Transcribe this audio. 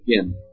again